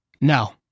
No